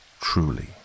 Truly